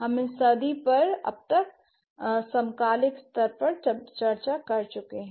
हम इन सभी पर अब तक समकालिक स्तर पर चर्चा कर चुके हैं